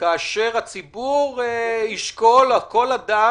כאשר הציבור ישקול, או כל אדם